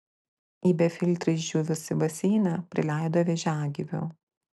į befiltrį išdžiūvusį baseiną prileido vėžiagyvių